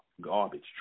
garbage